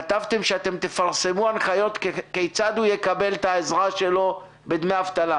כתבתם שאתם תפרסמו הנחיות כיצד הוא יקבל את העזרה שלו בדמי אבטלה.